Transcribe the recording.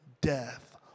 death